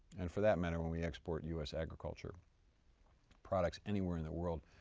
and for that matter when we export u s. agriculture products anywhere in the world,